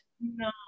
no